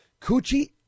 Coochie